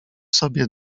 sobie